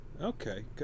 okay